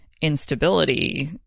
instability